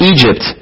Egypt